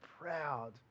proud